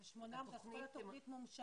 אז כל התוכנית מומשה.